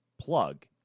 plug